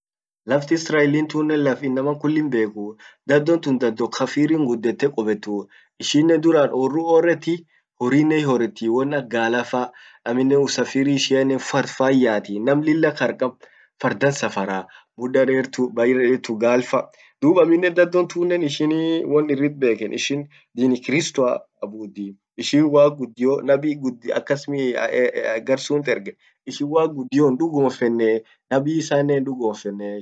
Laft Isrelin tunnen laf inaman kullin bekuu. Dhado tun dhado kafirin guddete kubetuu. Ishinen duran orru orreti, horrinen hioretti, won ak galafa amminen usafiri ishian fard fan yaati. Nam lilla qar kab fardan safaraa, mudda deru dub amminen dhado tun ishin won irrit beken ishin dini kristoa abuddi .ishin waq guddio ,nabiii gar sunt ergen ishin waq guddion hindugomfene, nabi isanen hindugomfene ishin.